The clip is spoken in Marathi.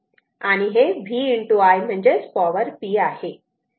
आणि हे V I म्हणजेच पॉवर p आहे